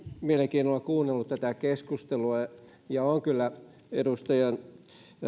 mielenkiinnolla kuunnellut tätä keskustelua ja olen kyllä edustajien